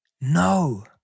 No